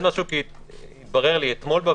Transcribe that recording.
אתמול,